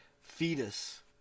fetus